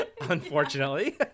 unfortunately